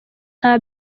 nta